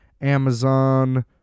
Amazon